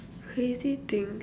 crazy things